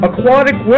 Aquatic